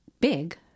big